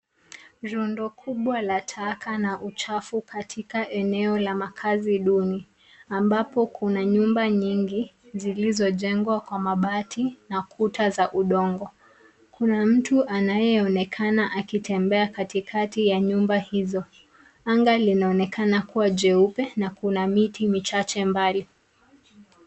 Rundo kubwa la taka na uchafu katika eneo la makazi duni ,ambapo kuna nyumba nyingi zilizojengwa kwa mabati na kuta za udongo kuna mtu anayeonekana akitembea katikati ya nyumba hizo ,anga linaonekana kuwa jeupe na kuna miti michache mbali.